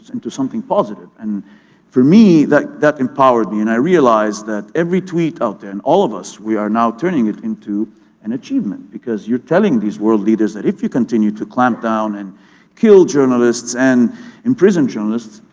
into something positive. mf and for me, that that empowered me and i realized that every tweet out there, and all of us, we are now turning it into an achievement, because you're telling these world leaders that, if you continue to clamp down and kill journalists and imprison journalists,